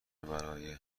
برای